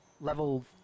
level